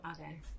Okay